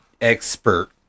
expert